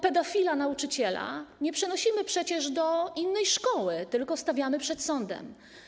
Pedofila nauczyciela nie przenosimy przecież do innej szkoły, tylko stawiamy przed sądem.